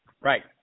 Right